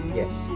yes